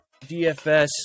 DFS